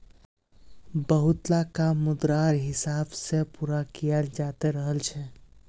बहुतला काम मुद्रार हिसाब से पूरा कियाल जाते रहल छे